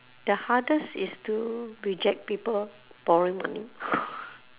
the hardest is to reject people borrowing money